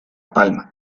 palma